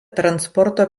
transporto